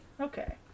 Okay